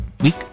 Week